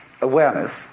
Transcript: awareness